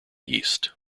east